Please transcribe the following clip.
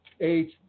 age